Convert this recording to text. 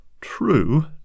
True